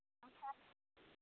पूजाके